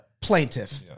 plaintiff